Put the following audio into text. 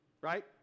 Right